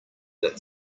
that